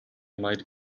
might